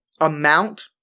amount